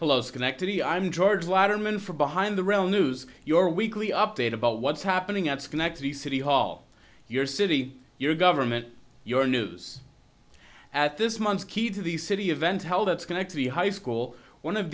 hello schenectady i'm george latterman from behind the realm news your weekly update about what's happening at schenectady city hall your city your government your news at this month's keyed to the city event held at schenectady high school one of